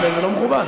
זה לא מכובד.